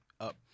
up